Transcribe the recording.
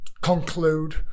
conclude